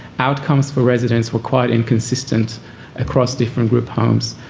outcomes for residents were quite inconsistent across different group homes.